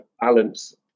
balance